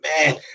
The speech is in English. man